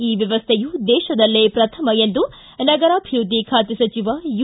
ಈ ವ್ಯವಸ್ಥೆಯು ದೇಶದಲ್ಲೇ ಪ್ರಥಮ ಎಂದು ನಗರಾಭಿವೃದ್ಧಿ ಖಾತೆ ಸಚಿವ ಯು